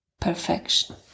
perfection